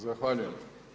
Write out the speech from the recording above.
Zahvaljujem.